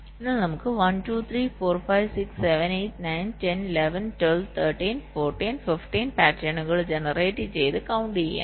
അതിനാൽ നമുക്ക് 1 2 3 4 5 6 7 8 9 10 11 12 13 14 15 പാറ്റേണുകൾ ജനറേറ്റ് ചെയ്തത് കൌണ്ട് ചെയ്യാം